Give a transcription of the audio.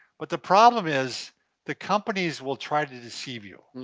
but the problem is the companies will try to deceive you.